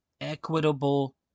equitable